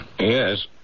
Yes